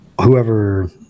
whoever